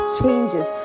changes